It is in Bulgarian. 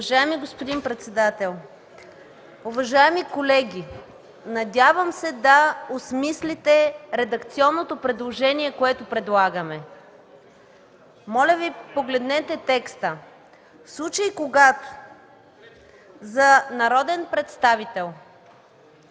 В случай, когато народен представител